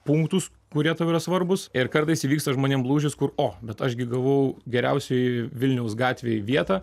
punktus kurie tau yra svarbūs ir kartais įvyksta žmonėm lūžis kur o bet aš gi gavau geriausioj vilniaus gatvėj vietą